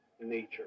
nature